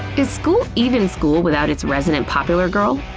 is school even school without its resident popular girl?